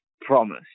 promise